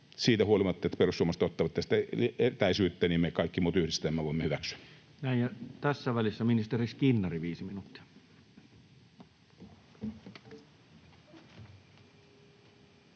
siitä huolimatta, että perussuomalaiset ottavat tästä etäisyyttä, me kaikki muut yhdessä tämän voimme hyväksyä. Näin. — Tässä välissä ministeri Skinnari, 5 minuuttia.